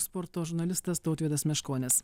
sporto žurnalistas tautvydas meškonis